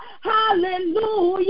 Hallelujah